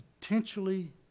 potentially